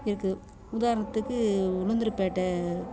இருக்குது உதாரணத்துக்கு உளுந்தூர்பேட்டை